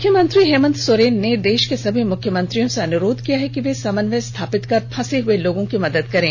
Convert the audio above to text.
मुख्यमंत्री हेमंत सोरेन ने देष के सभी मुख्यमंत्रियों से अनुरोध किया है कि वे समन्वय स्थापित कर फंसे हए लोगों की मदद करें